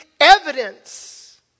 evidence